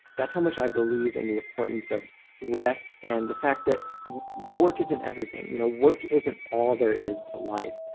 that's how much i believe in the importance of rest and the fact that work isn't everything. you know work isn't all there is to life.